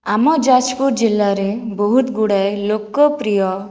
ଆମ ଯାଜପୁର ଜିଲ୍ଲାରେ ବହୁତ ଗୁଡ଼ାଏ ଲୋକପ୍ରିୟ